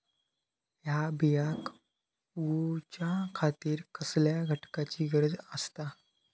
हया बियांक उगौच्या खातिर कसल्या घटकांची गरज आसता?